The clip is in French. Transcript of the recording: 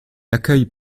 accueille